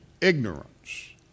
ignorance